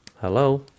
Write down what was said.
Hello